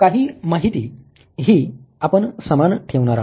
काही माहिती हि आपण समान ठेवणार आहोत